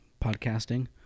podcasting